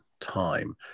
time